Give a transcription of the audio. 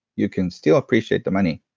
you can still appreciate the money.